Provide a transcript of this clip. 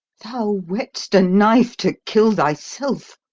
thou whett'st a knife to kill thyself.